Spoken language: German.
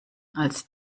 als